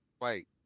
Wait